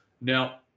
Now